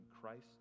Christ